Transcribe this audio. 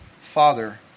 Father